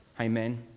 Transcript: Amen